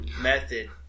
method